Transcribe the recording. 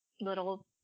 little